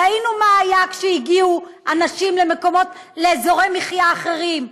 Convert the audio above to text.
ראינו מה היה כשהגיעו אנשים לאזורי מחיה אחרים,